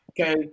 Okay